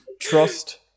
Trust